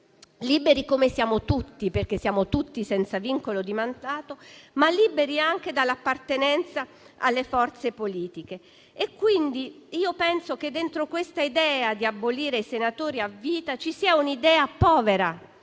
libere, come siamo tutti liberi, perché siamo tutti senza vincolo di mandato, ma liberi anche dall'appartenenza alle forze politiche. Io penso che dentro questa idea di abolire i senatori a vita ci sia una